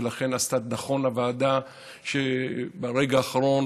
ולכן עשתה נכון הוועדה שברגע האחרון,